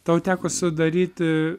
tau teko sudaryti